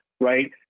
right